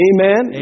Amen